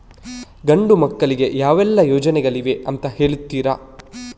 ಗಂಡು ಮಕ್ಕಳಿಗೆ ಯಾವೆಲ್ಲಾ ಯೋಜನೆಗಳಿವೆ ಅಂತ ಹೇಳ್ತೀರಾ?